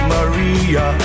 Maria